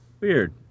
Weird